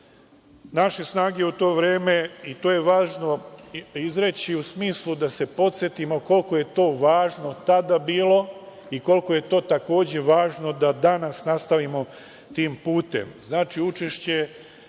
iz Crne Gore. To je važno izreći u smislu da se podsetimo koliko je to važno tada bilo i koliko je to takođe važno da danas nastavimo tim putem.